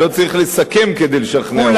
אני לא צריך לסכם כדי לשכנע אותם.